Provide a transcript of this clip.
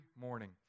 morning